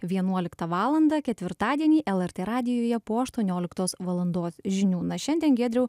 vienuoliktą valandą ketvirtadienį lrt radijuje po aštuonioliktos valandos žinių na šiandien giedriau